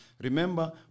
Remember